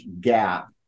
gap